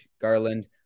Garland